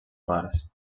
parts